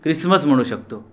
Christmas म्हणू शकतो